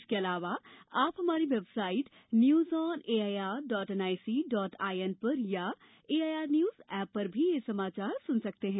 इसके अलावा आप हमारी website news on A I R dot N I C dot I N एन पर अथवा A I R news app पर भी समाचार सुन सकते हैं